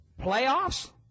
Playoffs